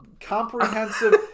comprehensive